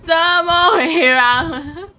怎么会让